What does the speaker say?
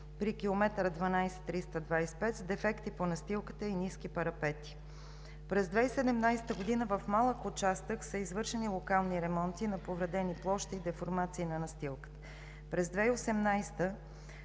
при км 12+325, с дефекти по настилката и ниски парапети. През 2017 г. в малък участък са извършени локални ремонти на повредени площи и деформации на настилката. През 2018 г.